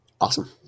Awesome